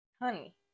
Honey